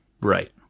Right